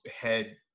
head